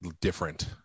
different